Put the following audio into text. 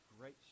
great